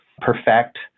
perfect